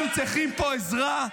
צגה,